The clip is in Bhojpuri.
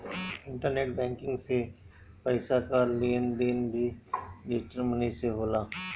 इंटरनेट बैंकिंग से पईसा कअ लेन देन भी डिजटल मनी से होला